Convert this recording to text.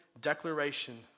declaration